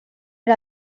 per